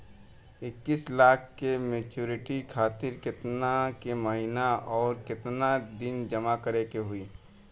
इक्कीस लाख के मचुरिती खातिर केतना के महीना आउरकेतना दिन जमा करे के होई?